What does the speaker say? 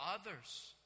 others